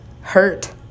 hurt